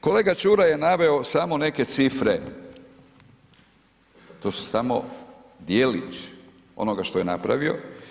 Kolega Čuraj je naveo samo neke cifre, to su samo djelići onoga što je napravio.